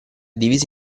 diviso